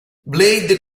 blade